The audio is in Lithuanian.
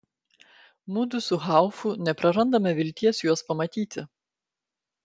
mudu su haufu neprarandame vilties juos pamatyti